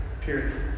Period